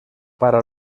para